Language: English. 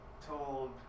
told